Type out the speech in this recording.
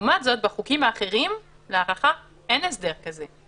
לעומת זאת, בחוקים האחרים להארכה אין הסדר כזה.